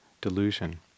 delusion